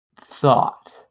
thought